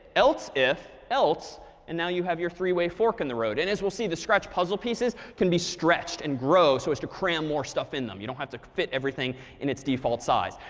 else if, else and now you have your three way fork in the road. and as we'll see, the scratch puzzle pieces can be stretched and grow, so as to cram more stuff in them. you don't have to fit everything in its default size.